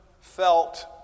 felt